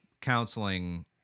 counseling